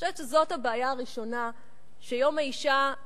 אני חושבת שזאת הבעיה הראשונה שביום האשה,